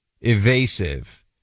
evasive